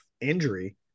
injury